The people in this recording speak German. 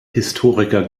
historiker